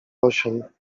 osiem